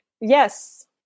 yes